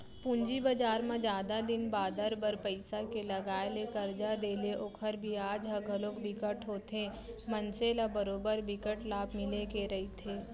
पूंजी बजार म जादा दिन बादर बर पइसा के लगाय ले करजा देय ले ओखर बियाज ह घलोक बिकट होथे मनसे ल बरोबर बिकट लाभ मिले के रहिथे